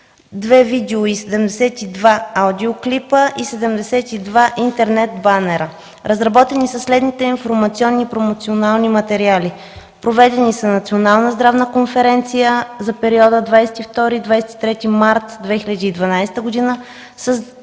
два видео- и 72 аудиоклипа и 72 интернет банера. Разработени са следните информационни промоционални материали: проведени са Национална здравна конференция за периода 22-23 март 2012 г. с 200